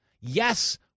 yes